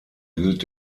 gilt